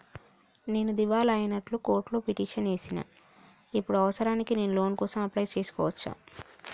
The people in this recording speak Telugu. నేను దివాలా అయినట్లు కోర్టులో పిటిషన్ ఏశిన ఇప్పుడు అవసరానికి నేను లోన్ కోసం అప్లయ్ చేస్కోవచ్చా?